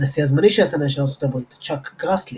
הנשיא הזמני של הסנאט של ארצות הברית צ'אק גראסלי